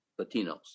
Latinos